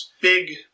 big